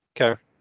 okay